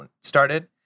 started